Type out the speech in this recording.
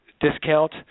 discount